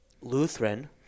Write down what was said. Lutheran